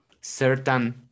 certain